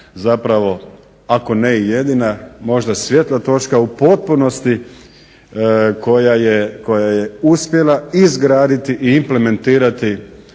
zapravo ako ne i jedina možda svjetla točka u potpunosti koja je uspjela izgraditi i implementirati